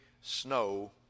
snow